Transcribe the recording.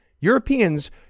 Europeans